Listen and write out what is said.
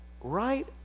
right